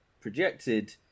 projected